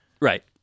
Right